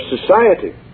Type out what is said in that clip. society